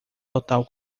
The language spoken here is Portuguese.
total